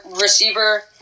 receiver